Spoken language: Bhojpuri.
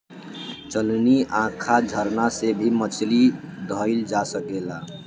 चलनी, आँखा, झरना से भी मछली धइल जा सकेला